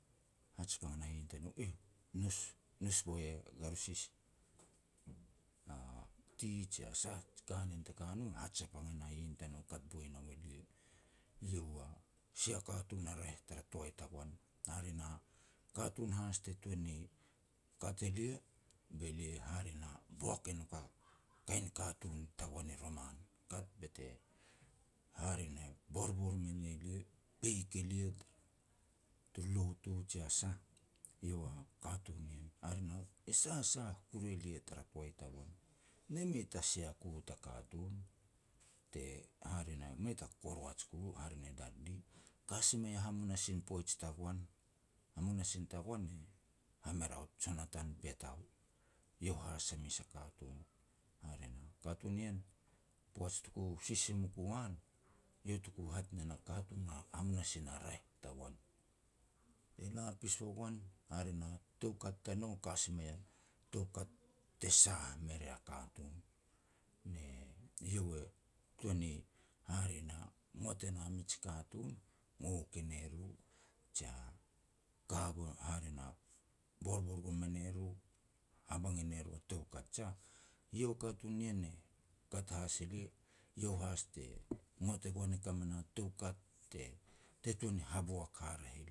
hat sapang e na hihin tanou, "Eih nous, nous boi e Garosis", a tea jia sah, ji kanen te ka no, hat sapang e na hihin tanou kat boi nau elia. Iau a sia katun a raeh tara toai tagoan. Hare na, katun has te tuan ni kat elia, be lia hare na boak e nouk a kain katun tagoan i roman. Kat bete hare ne borbor me ne lia, peik elia, turu lotu jia sah, eiau a katun nien hare na e sasah kuru elia tara toai tagoan. Ne mei ta sia ku u ta katun, te hare na, mei ta Koroats ku u hare ne Dudley, ka si mei a hamunasin poij tagoan, hamunasin tagoan, e Hameraut Jonathan Petau, iau has a mes a katun. Hare na, katun nien, poaj tuku sisimuk u an, iau tuku hat nen a katun a hamunasin a raeh tagoan. Te la pis ua goan hare na toukat tanou ka si mei toukat te sah me ria katun, ne iau tuan ni hare na ngot e na mij katun, ngok e ne ru, jia ka gon hare na borbor gon me ne ru, habang e ne ru a toukat jiah. Iau katun nien e kat has elia, iau has te ngot e gon te ka me na toukat te-te tuan ni haboak haraeh